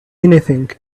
anything